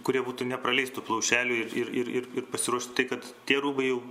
kurie būtų nepraleis tų plaušelių ir ir ir ir pasiruošti tai kad tie rūbai jau